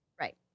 Right